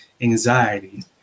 anxiety